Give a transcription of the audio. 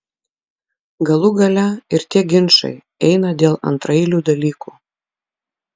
galų gale ir tie ginčai eina dėl antraeilių dalykų